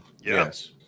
yes